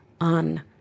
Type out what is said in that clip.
on